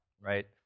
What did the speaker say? right